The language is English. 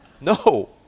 No